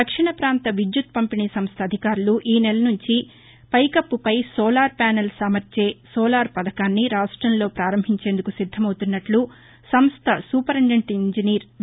దక్షిణ పాంత విద్యుత్ పంపిణీ సంస్థ అధికారులు ఈనెల నుంచి ఈ పైకప్పుపై సోలార్ ప్యానల్స్ అమర్చే సోలార్ పథకాన్ని రాష్టములో ప్రారంభించేందుకు సిద్దమవుతున్నట్లు ఆ సంస్ట సూపరిన్టెండెన్ట్ ఇంజనీర్ వి